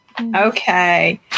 okay